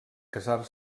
casar